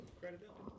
credibility